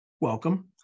Welcome